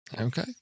okay